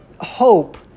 hope